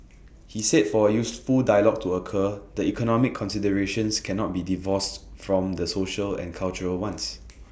he said for A useful dialogue to occur the economic considerations cannot be divorced from the social and cultural ones